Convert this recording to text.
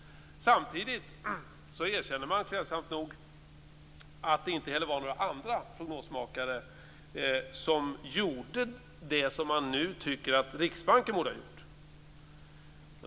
Samtidigt erkänner man klädsamt nog att det inte heller var några andra prognosmakare som gjorde det som man nu tycker att Riksbanken borde ha gjort.